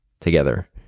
together